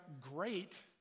great